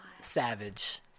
savage